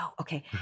okay